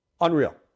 Unreal